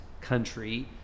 country